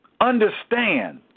understand